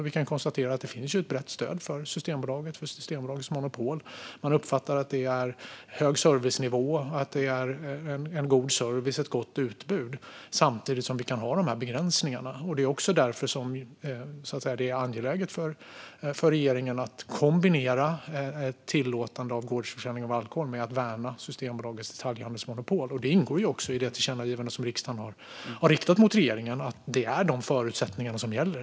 Vi kan ju konstatera att det finns ett brett stöd för Systembolaget och Systembolagets monopol. Man uppfattar att det är god service och ett gott utbud samtidigt som vi kan ha de här begränsningarna. Det är därför angeläget för regeringen att kombinera tillåtande av gårdsförsäljning av alkohol med att värna Systembolagets detaljhandelsmonopol. I det tillkännagivande som riksdagen har riktat till regeringen ingår också att det är de förutsättningarna som gäller.